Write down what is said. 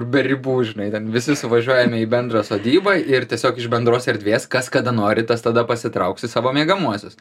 be ribų žinai ten visi suvažiuojame į bendrą sodybą ir tiesiog iš bendros erdvės kas kada nori tas tada pasitrauks į savo miegamuosius